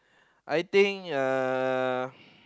I think uh